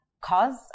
cause